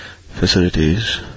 facilities